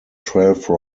twelve